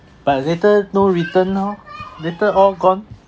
but later no return orh later all gone